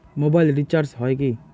Mobile recharge হয় কি?